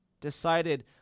decided